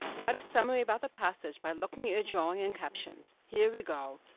write a summary about the passage by looking at your drawing and captions. here we go.